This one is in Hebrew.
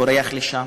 בורח לשם,